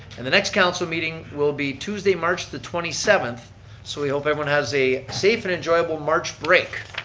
and the next council meeting will be tuesday, march the twenty seventh so we hope everyone has a safe and enjoyable march break.